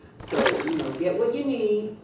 so you know get what you need.